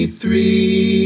three